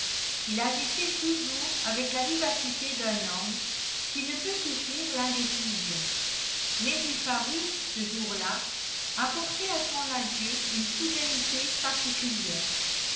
il agissait toujours avec la vivacité d'un homme qui ne peut souffrir l'indécision mais il parut ce jour-là apporter à son adieu une soudaineté particulière